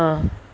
ah